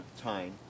time